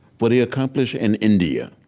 what he accomplished in india.